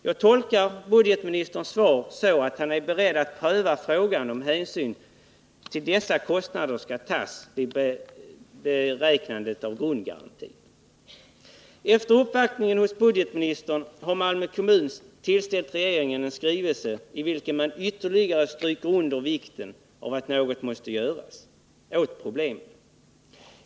Jag tolkar budgetministerns svar så, att han är beredd att pröva frågan om hänsyn till dessa kostnader skall tas vid bestämmandet av grundgarantin. Efter uppvaktningen hos budgetministern har Malmö kommun tillställt regeringen en skrivelse, i vilken man ytterligare stryker under vikten av att något görs åt problemen.